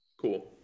Cool